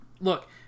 look